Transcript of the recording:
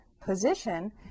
position